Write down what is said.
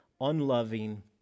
unloving